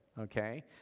okay